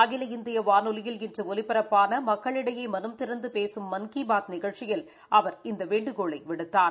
அகில இந்திய வானொலியில் இன்று ஒலிபரப்பான மக்களிடையே மனம் திறந்து பேசும் மன் கி பாத் நிகழ்ச்சியில் அவர் இந்த வேண்டுகோளை விடுத்தார்